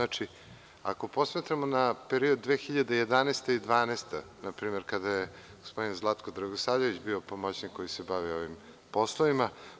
Ako posmatramo na period 2011. i 2012. godina, na primer kada je gospodin Zlatko Dragosavljević bio pomoćnik koji se bavio ovim poslovima.